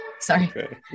sorry